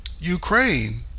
Ukraine